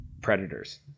predators